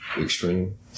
extreme